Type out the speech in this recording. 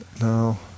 No